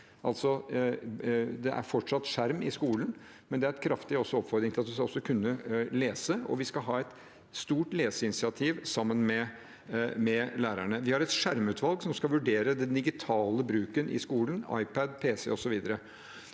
Det er fortsatt skjerm i skolen, men det er en kraftig oppfordring til at en også skal kunne lese, og vi skal ha et stort leseinitiativ sammen med lærerne. Vi har et skjermutvalg som skal vurdere den digitale bruken i skolen – iPad, pc osv.